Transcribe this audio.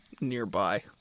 nearby